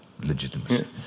legitimacy